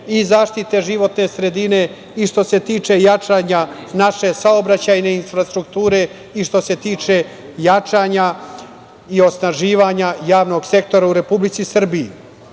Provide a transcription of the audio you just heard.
i zaštite životne sredine i što se tiče jačanja naše saobraćajne infrastrukture i što se tiče jačanja i osnaživanja javnog sektora u Republici Srbiji. Ovi